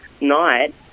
night